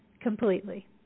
completely